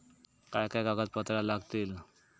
काय काय कागदपत्रा लागतील?